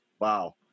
Wow